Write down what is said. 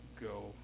go